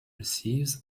thieves